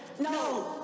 No